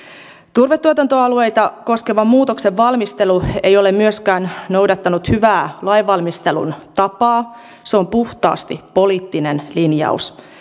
turvetuotantoalueita koskevan muutoksen valmistelu ei ole myöskään noudattanut hyvää lainvalmistelun tapaa se on puhtaasti poliittinen linjaus